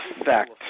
effect